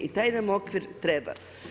I taj nam okvir treba.